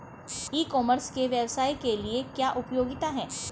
ई commerce के व्यवसाय के लिए क्या उपयोगिता है?